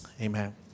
Amen